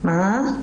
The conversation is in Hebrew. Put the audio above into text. זה נאמר לך במשטרה?